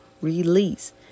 release